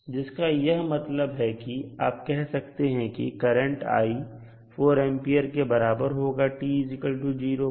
जिसका यह मतलब है कि आप कह सकते हैं कि i करंट 4 A के बराबर होगा t0 पर